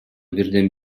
бирден